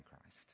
Christ